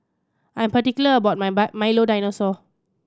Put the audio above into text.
I'm particular about my Milo Dinosaur